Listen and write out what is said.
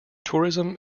tourism